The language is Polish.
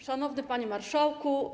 Szanowny Pani Marszałku!